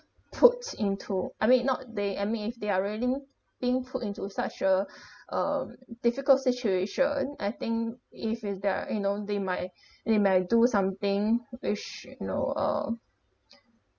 put into I mean not they I mean if they are really being put into such a um difficult situation I think if is there're you know they might they might do something which you know um